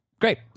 Great